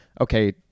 okay